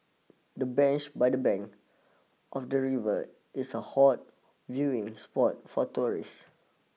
the bench by the bank of the river is a hot viewing spot for tourists